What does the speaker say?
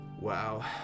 Wow